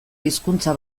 hizkuntza